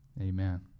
Amen